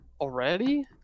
Already